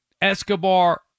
Escobar